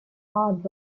hard